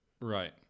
Right